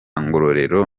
ngororero